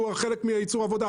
שהוא חלק מייצור העבודה.